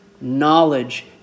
knowledge